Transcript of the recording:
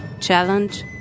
challenge